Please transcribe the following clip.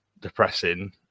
depressing